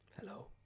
hello